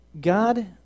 God